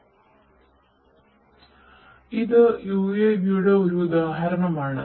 അതിനാൽ ഇത് യുഎവിയുടെ ഒരു ഉദാഹരണമാണ്